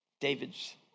David's